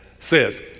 says